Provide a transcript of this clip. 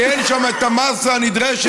כי אין שם את המאסה הנדרשת,